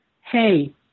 hey